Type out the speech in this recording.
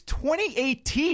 2018